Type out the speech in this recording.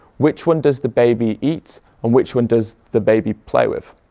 which one does the baby eat and which one does the baby play with?